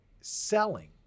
selling